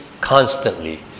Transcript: constantly